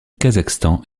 kazakhstan